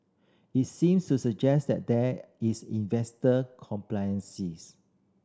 it seems to suggest that there is investor complacencies